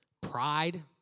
pride